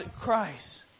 Christ